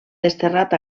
desterrat